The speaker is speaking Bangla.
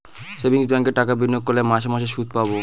সেভিংস ব্যাঙ্কে টাকা বিনিয়োগ করলে মাসে মাসে শুদ পাবে